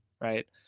right